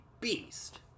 beast